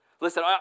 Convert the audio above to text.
Listen